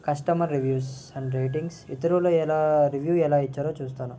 customer reviews and ratings ఇతరులు ఎలా review ఎలా ఇచ్చారో చూస్తాను